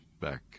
Back